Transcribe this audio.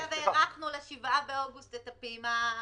ועכשיו הארכנו ל-7 באוגוסט את הפעימה השניה.